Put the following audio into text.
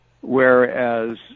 Whereas